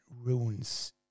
ruins